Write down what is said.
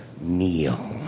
kneel